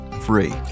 free